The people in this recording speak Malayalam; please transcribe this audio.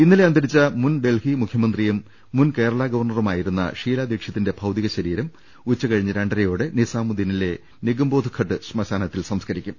ഇന്നലെ അന്തരിച്ച മുൻ ഡൽഹി മുഖ്യമന്ത്രിയും മുൻ കേരള ഗവർണറുമായിരുന്ന ഷീലാ ദീക്ഷിതിന്റെ ഭൌതികശ രീരം ഉച്ചകഴിഞ്ഞ് രണ്ടരയോടെ നിസാമുദ്ദീനിലെ നിഗംബോ ധ്ഘട്ട് ശ്മശാനത്തിൽ സംസ്കരിക്കും